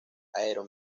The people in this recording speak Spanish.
aero